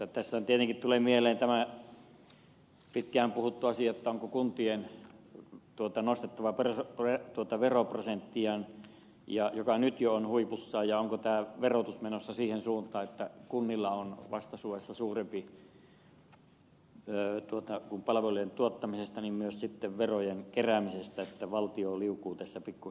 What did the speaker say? tässähän tietenkin tulee mieleen tämä pitkään puhuttu asia onko kuntien nostettava veroprosenttiaan joka nyt jo on huipussaan ja onko tämä verotus menossa siihen suuntaan että kunnilla on vastaisuudessa suurempi vastuu niin palvelujen tuottamisesta kuin myös sitten verojen keräämisestä että valtio liukuu tässä pikkuhiljaa pois